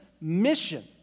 mission